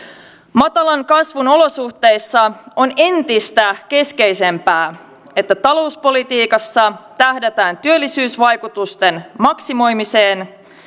matalan kasvun olosuhteissa on entistä keskeisempää että talouspolitiikassa tähdätään työllisyysvaikutusten maksimoimiseen